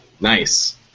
Nice